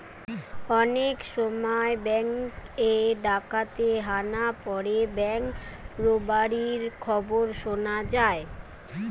অনেক সময় বেঙ্ক এ ডাকাতের হানা পড়ে ব্যাঙ্ক রোবারির খবর শুনা যায়